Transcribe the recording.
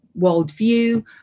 worldview